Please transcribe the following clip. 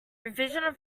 revision